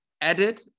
edit